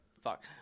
Fuck